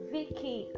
Vicky